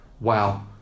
Wow